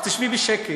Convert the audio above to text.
אז תשבי בשקט.